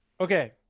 okay